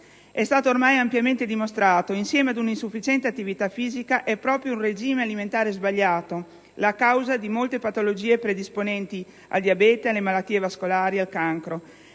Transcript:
È stato ormai ampiamente dimostrato che, insieme ad una insufficiente attività fisica, è proprio un regime alimentare sbagliato la causa di molte patologie predisponenti al diabete, alle malattie vascolari, al cancro.